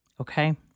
okay